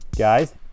Guys